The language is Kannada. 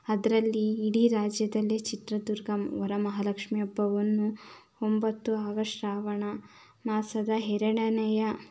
ಅದರಲ್ಲಿ ಇಡೀ ರಾಜ್ಯದಲ್ಲಿ ಚಿತ್ರದುರ್ಗ ವರಮಹಾಲಕ್ಷ್ಮಿ ಹಬ್ಬವನ್ನು ಒಂಬತ್ತು ಆಗಸ್ಟ್ ಶ್ರಾವಣ ಮಾಸದ ಎರಡನೆಯ